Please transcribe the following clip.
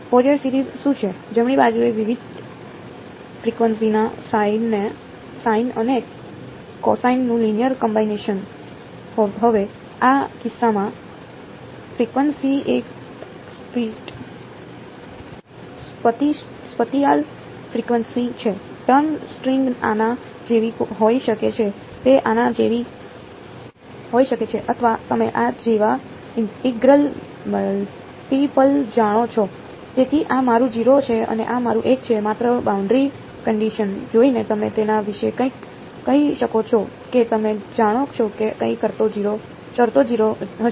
Fourier series જોઈને તમે તેના વિશે કંઈક કહી શકો છો કે તમે જાણો છો કે કઈ શરતો 0 હશે